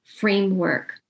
framework